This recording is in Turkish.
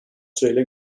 süreyle